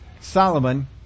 Solomon